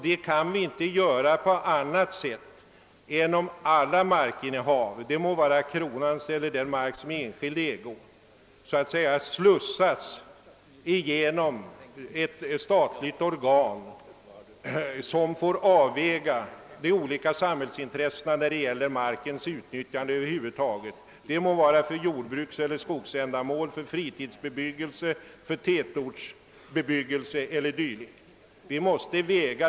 Det kan vi inte göra på annat sätt än om alla markinnehav — det må vara kronans eller mark i enskild ägo — slussas igenom ett och samma organ som får väga de olika samhällsintressena mot varandra när det gäller markens utnyttjande. Det må sedan vara för jordbrukseller skogsändamål, för fritidsbebyggelse, tätortsbebyggelse eller dylikt.